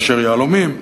מאשר ליהלומים.